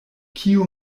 kiu